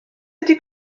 ydy